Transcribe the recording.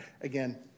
again